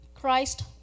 Christ